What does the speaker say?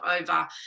over